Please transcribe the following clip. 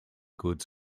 goods